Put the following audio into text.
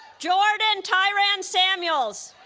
jordan tyran samuels